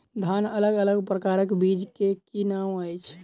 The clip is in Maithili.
धान अलग अलग प्रकारक बीज केँ की नाम अछि?